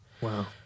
Wow